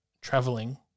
traveling